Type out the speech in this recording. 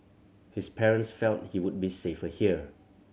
his parents felt he would be safer here